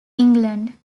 england